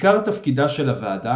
עיקר תפקידה של הוועדה,